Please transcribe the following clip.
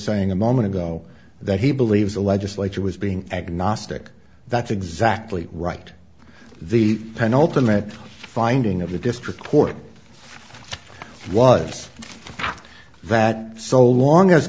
saying a moment ago that he believes the legislature was being agnostic that's exactly right the penultimate finding of the district court was that so long as